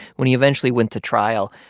when he eventually went to trial,